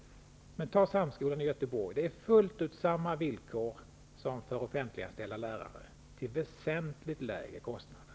Men på t.ex. Samskolan i Göteborg gäller fullt ut samma villkor som för offentliganställda lärare, till väsentligt lägre kostnader.